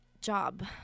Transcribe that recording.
job